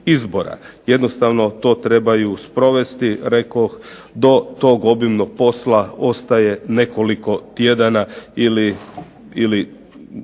Jednostavno to trebaju sprovesti. Rekoh do tog obimnog posla ostaje nekoliko tjedana ili